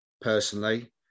personally